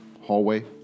hallway